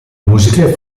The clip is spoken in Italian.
musiche